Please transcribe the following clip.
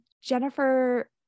Jennifer